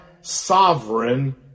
sovereign